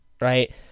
right